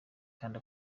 kandi